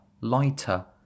LIGHTER